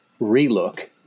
relook